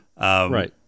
Right